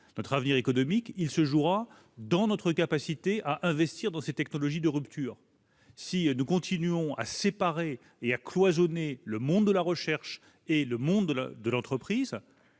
et économique, repose sur notre capacité à investir dans les technologies de rupture. Si nous continuons à séparer et à cloisonner le monde de la recherche et celui de l'entreprise,